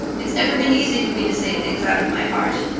it's never been easy for me to say things out of my heart,